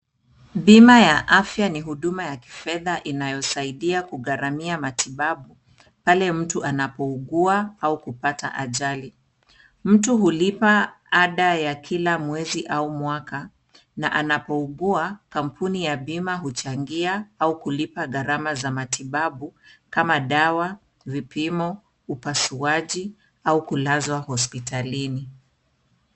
Bima ya afya ni huduma ya kifedha inayosaidia kugharamia matibabu, pale mtu anapougua au kupata ajali. Mtu hulipa ada ya kila mwezi au mwaka na anapougua, kampuni ya bima huchangia au kulipa gharama za matibabu kama dawa, vipimo, upasuaji au kulazwa hospitalini.